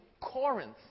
Corinth